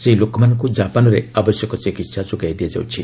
ସେହି ଲୋକମାନଙ୍କୁ ଜାପାନରେ ଆବଶ୍ୟକ ଚିକିତ୍ସା ଯୋଗାଇ ଦିଆଯାଉଛି